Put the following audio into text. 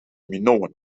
minoan